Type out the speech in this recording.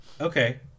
okay